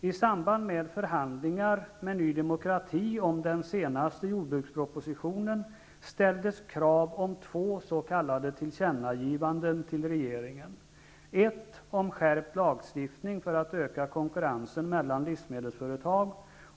I samband med förhandlingar med Ny demokrati om den senaste jordbrukspropositionen ställdes krav om två s.k. tillkännagivanden till regeringen. Ett gällde skärpt lagstiftning för att öka konkurrensen mellan livsmedelsföretag.